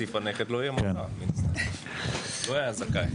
תודה.